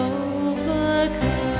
overcome